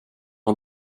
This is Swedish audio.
har